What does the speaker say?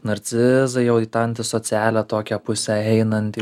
narcizai jau į tą antisocialią tokią puse einanti